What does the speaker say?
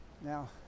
Now